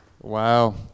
Wow